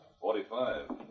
Forty-five